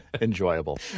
enjoyable